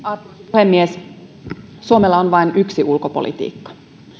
puhemies suomella on vain yksi ulkopolitiikka